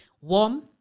warm